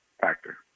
factor